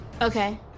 Okay